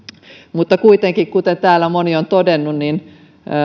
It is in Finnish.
kuitenkin kuten täällä moni on todennut